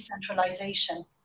decentralization